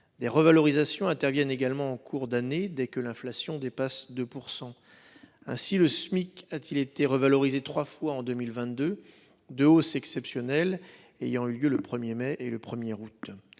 Des revalorisations interviennent également en cours d'année, dès que l'inflation dépasse 2 %. Ainsi le Smic a-t-il été revalorisé trois fois en 2022, deux hausses exceptionnelles ayant eu lieu le 1 mai et le 1 août